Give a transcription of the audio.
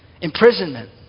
imprisonment